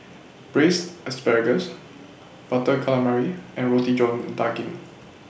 Braised Asparagus Butter Calamari and Roti John Daging